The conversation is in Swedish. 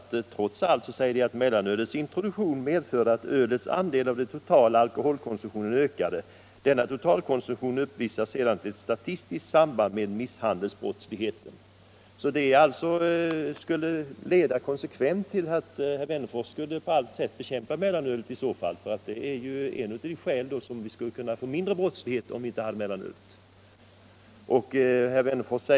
30 96 sade: Stoppa det helt. 29 96 sade: Ta in det på Systembolaget.